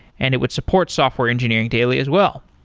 and it would support software engineering daily as well.